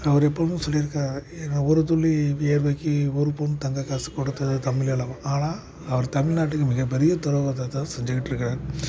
அவர் எப்பவும் சொல்லியிருக்காரு என் ஒருதுளி வியர்வைக்கு ஒரு பவுன் தங்க காசு கொடுத்தது தமிழ் அல்லவா ஆனால் அவர் தமிழ்நாட்டுக்கு மிகப் பெரிய துரோகத்தை தான் செஞ்சுக்கிட்டு இருக்கார்